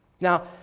Now